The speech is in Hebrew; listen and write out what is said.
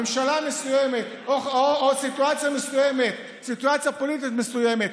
ממשלה מסוימת או סיטואציה פוליטית מסוימת,